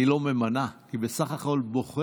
היא לא ממנה, היא בסך הכול בוחנת